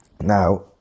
Now